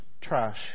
trash